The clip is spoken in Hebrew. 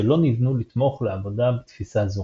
שלא נבנו לתמוך לעבודה בתפיסה זו.